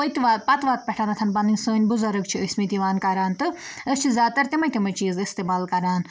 پٔتۍ وا پَتہٕ وَتہٕ پٮ۪ٹھَ پَنٕنۍ سٲنۍ بُزرٕگ چھِ ٲسۍمٕتۍ یِوان کَران تہٕ أسۍ چھِ زیادٕ تَر تِمَے تِمَے چیٖز اِستعمال کَران